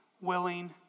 willing